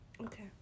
okay